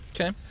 Okay